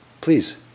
please